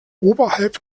oberhalb